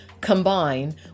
combine